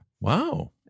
Wow